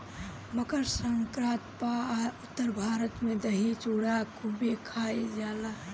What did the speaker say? मकरसंक्रांति पअ उत्तर भारत में दही चूड़ा खूबे खईल जाला